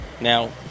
Now